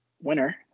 winner